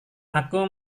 aku